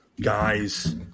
guys